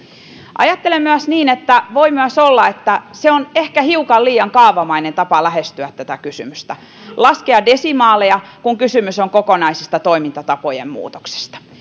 ajattelen niin että voi myös olla että se on ehkä hiukan liian kaavamainen tapa lähestyä tätä kysymystä laskea desimaaleja kun kysymys on kokonaisesta toimintatapojen muutoksesta